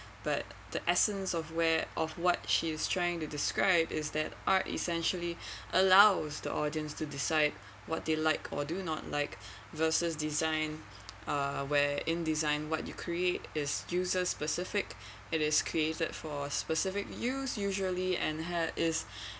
but the essence of where of what she's trying to describe is that art essentially allows the audience to decide what they like or do not like versus design uh where in design what you create is users' specific it is created for specific use usually and has its